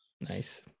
nice